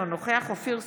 אינו נוכח אופיר סופר,